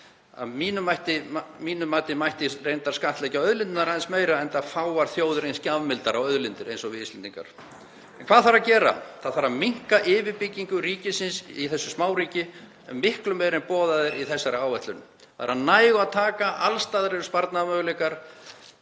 Að mínu mati mætti reyndar skattleggja auðlindirnar aðeins meira enda fáar þjóðir eins gjafmildar á auðlindir og Íslendingar. En hvað þarf að gera? Það þarf að minnka yfirbyggingu ríkisins í þessu smáríki miklu meira en boðað er í þessari áætlun. Þar er af nægu að taka, alls staðar eru sparnaðarmöguleikar.